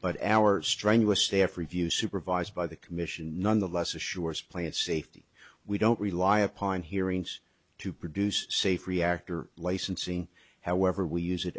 but our strenuous staff review supervised by the commission nonetheless assures plant safety we don't rely upon hearings to produce safe reactor licensing however we use it